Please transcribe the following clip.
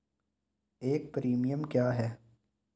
एक प्रीमियम क्या है?